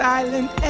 Silent